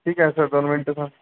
ठीक आहे सर दोन मिनिटं थांब